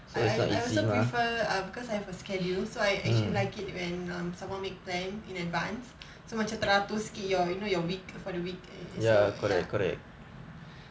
I I I also prefer um cause I have a schedule so I actually like it when um someone make plans in advance so macam teratur sikit your you know your week for the week so ya